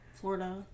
Florida